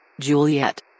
Juliet